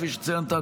כפי שציינת,